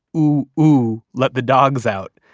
ooh, ooh, let the dogs out.